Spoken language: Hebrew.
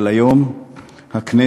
אבל היום הכנסת,